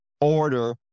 order